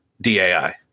DAI